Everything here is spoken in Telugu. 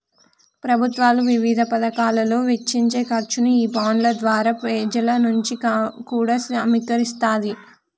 ప్రభుత్వాలు వివిధ పతకాలలో వెచ్చించే ఖర్చుని ఈ బాండ్ల ద్వారా పెజల నుంచి కూడా సమీకరిస్తాది